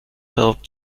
help